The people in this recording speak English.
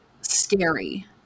scary